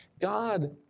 God